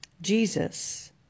Jesus